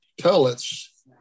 pellets